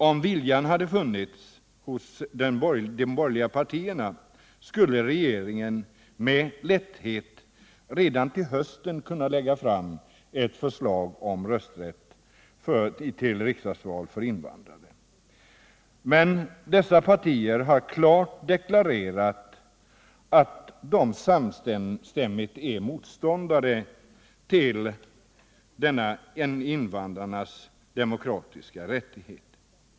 Om viljan hade funnits hos de borgerliga partierna skulle regeringen med lätthet redan till hösten ha kunnat lägga fram ett förslag om rösträtt till riksdagsval för invandrare. Men dessa partier har samstämmigt deklarerat att de klart är motståndare till en sådan demokratisk rättighet för invandrare.